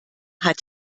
hat